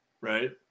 Right